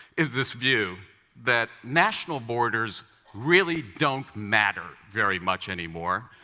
is this view that national borders really don't matter very much anymore,